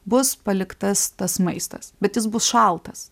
bus paliktas tas maistas bet jis bus šaltas